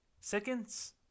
Seconds